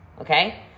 Okay